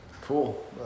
Cool